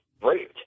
great